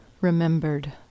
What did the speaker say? Remembered